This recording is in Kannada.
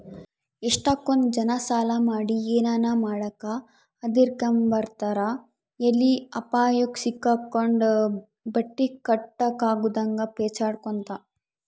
ಎಷ್ಟಕೊಂದ್ ಜನ ಸಾಲ ಮಾಡಿ ಏನನ ಮಾಡಾಕ ಹದಿರ್ಕೆಂಬ್ತಾರ ಎಲ್ಲಿ ಅಪಾಯುಕ್ ಸಿಕ್ಕಂಡು ಬಟ್ಟಿ ಕಟ್ಟಕಾಗುದಂಗ ಪೇಚಾಡ್ಬೇಕಾತ್ತಂತ